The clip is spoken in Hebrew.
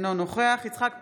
אינו נוכח יצחק פינדרוס,